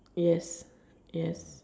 yes yes